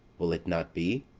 will it not be?